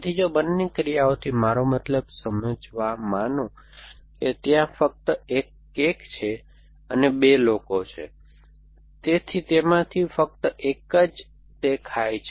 તેથી જો બંને ક્રિયાઓથી મારો મતલબ સમજવા માનો કે ત્યાં ફક્ત 1 કેક છે અને ત્યાં 2 લોકો છે તેથી તેમાંથી ફક્ત એક જ તે ખાય છે